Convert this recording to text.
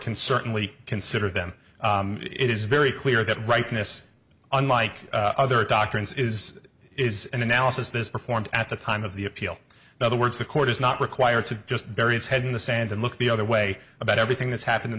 can certainly consider them it is very clear that rightness unlike other doctrines is is an analysis this performed at the time of the appeal now the words the court is not required to just bury its head in the sand and look the other way about everything that's happened in